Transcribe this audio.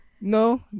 No